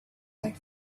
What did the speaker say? like